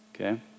okay